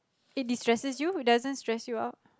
it destresses you it doesn't stress you out